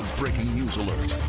breaking news alert.